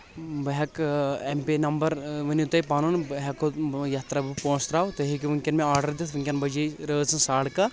بہٕ ہٮ۪کہٕ اٮ۪م پے نمبر ؤنِو تُہۍ پنُن بہٕ ہٮ۪کو یَتھ تراو پونٛسہٕ تراوٕ تُہۍ ہٮ۪کِو ؤنۍ کٮ۪ن مےٚ آرڈر دِتھ ؤنۍ کٮ۪ن بجے رٲژ سٕنٛز ساڑٕ کہہ